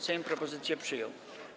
Sejm propozycję przyjął.